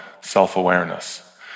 self-awareness